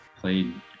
played